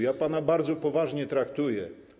Ja pana bardzo poważnie traktuję.